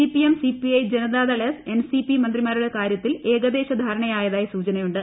CPM CPI Janata Dal S NCP മന്ത്രിമാരുടെ കാര്യത്തിൽ ഏകദേശ ധാരണയായാതായി സൂചനയുണ്ട്